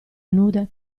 nude